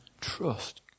trust